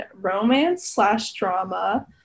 romance-slash-drama